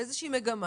איזושהי מגמה,